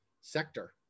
sector